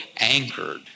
anchored